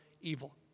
evil